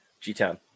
G-Town